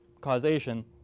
causation